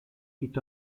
est